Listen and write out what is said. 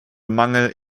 mangel